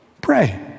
Pray